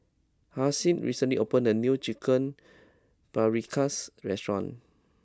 Halsey recently opened a new Chicken Paprikas restaurant